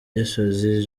gisozi